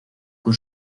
con